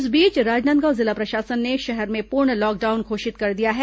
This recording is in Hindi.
इस बीच राजनांदगांव जिला प्रशासन ने शहर में पूर्ण लॉकडाउन घोषित कर दिया है